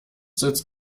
sitzt